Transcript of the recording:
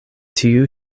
tiu